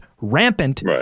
rampant